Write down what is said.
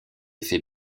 faits